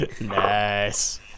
Nice